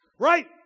Right